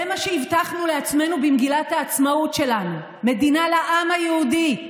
זה מה שהבטחנו לעצמנו במגילת העצמאות שלנו: מדינה לעם היהודי,